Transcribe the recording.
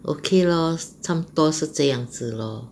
okay lor 差不多是这样子 lor